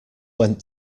went